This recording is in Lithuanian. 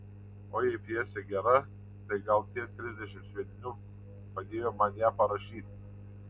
o jei pjesė gera tai gal tie trisdešimt sviedinių padėjo man ją parašyti